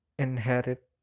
Inherit